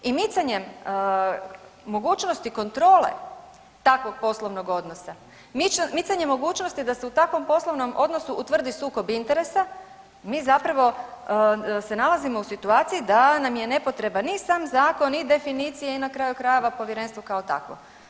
I micanjem mogućnosti kontrole takvog poslovnog odnosa, micanjem mogućnosti da se u takvom poslovnom odnosu utvrdi sukob interesa mi zapravo se nalazimo u situaciji da nam je nepotreban i sam zakon i definicije i na kraju krajeva povjerenstvo kao takvo.